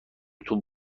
تون